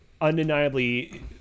undeniably